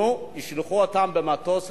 נו, תשלחו אותם במטוס לתל-אביב?